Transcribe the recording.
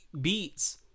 beats